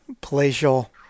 palatial